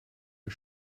der